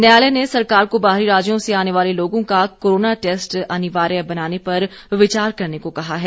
न्यायालय ने सरकार को बाहरी राज्यों से आने वाले लोगों का कोरोना टैस्ट अनिवार्य बनाने पर विचार करने को कहा है